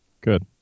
Good